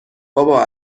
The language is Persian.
بابا